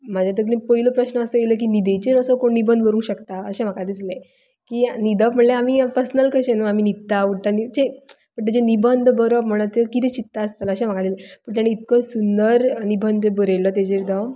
म्हज्या तकलेन पयलो प्रस्न असो आयलो की न्हिदेचेर असो कोण निबंद बरोवंक शकता अशें म्हाका दिसलें की न्हिदप म्हणल्यार पर्सनल कशे न्हय आमी न्हिदता उटता पूण ताजेर निंबद बरोवप म्हणल्यार तो कितें चित्ता आसतलो पूण तांणे इतको सुंदर निबंद बरयिल्लो ताजेर तो